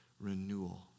renewal